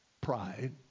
Pride